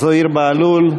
זוהיר בהלול,